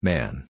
Man